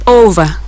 over